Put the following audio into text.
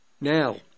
Now